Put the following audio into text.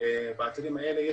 תפיסת העולם שלנו והמטרות שלנו